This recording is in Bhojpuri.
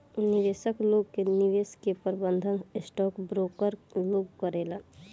निवेशक लोग के निवेश के प्रबंधन स्टॉक ब्रोकर लोग करेलेन